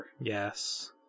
Yes